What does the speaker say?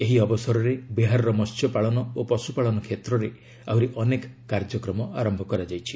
ଏହି ଅବସରରେ ବିହାରର ମସ୍ୟପାଳନ ଓ ପଶ୍ର ପାଳନ କ୍ଷେତ୍ରେ ଆହୁରି ଅନେକ କାର୍ଯ୍ୟକ୍ମ ଆରମ୍ଭ କରାଯାଇଛି